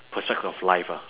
perspect of life ah